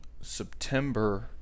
september